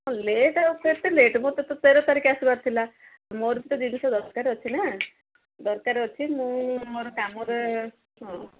ହଁ ଲେଟ୍ ଆଉ କେତେ ଲେଟ୍ ମୋତେ ତ ତେର ତାରିଖ ଆସିବାର ଥିଲା ମୋର ବି ତ ଜିନିଷ ଦରକାର ଅଛି ନା ଦରକାର ଅଛି ମୁଁ ମୋର କାମରେ ହଁ